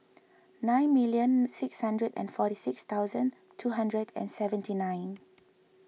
nine million six hundred and forty six thousand two hundred and seventy nine